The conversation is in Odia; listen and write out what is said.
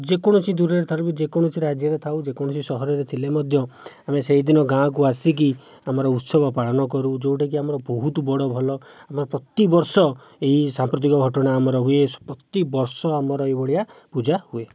ଯେକୌଣସି ଦୂରରେ ଥାଆନ୍ତୁ କି ଯେକୌଣସି ରାଜ୍ୟରେ ଥାଉ ଯେକୌଣସି ସହରରେ ଥିଲେ ମଧ୍ୟ ଆମେ ସେହିଦିନ ଗାଁକୁ ଆସିକି ଆମର ଉତ୍ସବ ପାଳନ କରୁ ଯେଉଁଟାକି ଆମର ବହୁତ ବଡ଼ ଭଲ ଆମ ପ୍ରତିବର୍ଷ ଏହି ସାମ୍ପ୍ରତିକ ଘଟଣା ଆମର ହୁଏ ପ୍ରତିବର୍ଷ ଆମର ଏହିଭଳିଆ ପୂଜା ହୁଏ